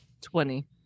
Twenty